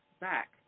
back